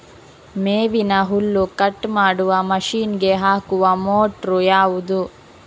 ಮೇವಿನ ಹುಲ್ಲು ಕಟ್ ಮಾಡುವ ಮಷೀನ್ ಗೆ ಹಾಕುವ ಮೋಟ್ರು ಯಾವುದು?